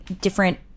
Different